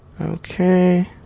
Okay